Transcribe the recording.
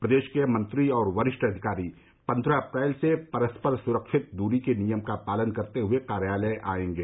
प्रदेश के मंत्री और वरिष्ठ अधिकारी पन्द्रह अप्रैल से परस्पर सुरक्षित दूरी के नियम का पालन करते हुए कार्यालय आएंगे